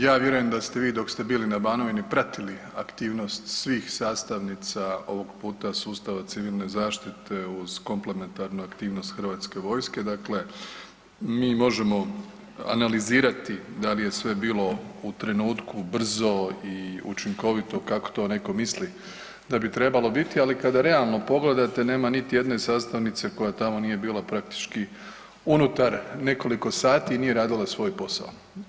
Ja vjerujem da ste vi dok ste bili na Banovini pratili aktivnost svih sastavnica ovog puta sustava civilne zaštite uz komplementarnu aktivnost hrvatske vojske, dakle mi možemo analizirati da li je sve bilo u trenutku, brzo i učinkovito kako to netko misli da bi trebalo biti, ali kada realno pogledate nema niti jedne sastavnice koja tamo nije bila praktički unutar nekoliko sati i nije radila svoj posao.